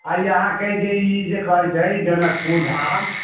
आओर अहाँके ई जे कहैत छै जनकपुर धाम